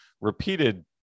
repeated